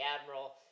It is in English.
admiral